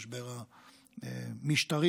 המשבר המשטרי